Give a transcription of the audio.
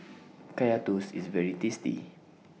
Kaya Toast IS very tasty